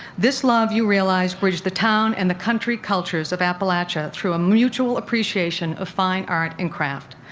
this love, you realized, bridged the town and the country cultures of appalachia through a mutual appreciation of fine art and craft.